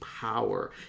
power